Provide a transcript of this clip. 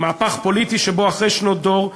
מהפך פוליטי שבו אחרי שנות דור,